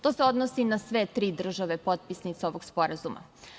To se odnosi na sve tri države potpisnice ovog sporazuma.